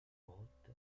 grotte